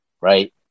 Right